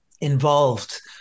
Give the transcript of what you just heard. involved